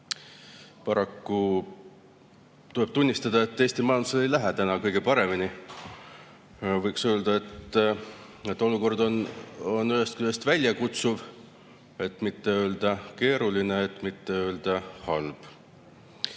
Paraku tuleb tunnistada, et Eesti majandusel ei lähe kõige paremini. Võiks öelda, et olukord on ühest küljest väljakutsuv, et mitte öelda keeruline, et mitte öelda halb.